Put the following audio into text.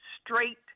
straight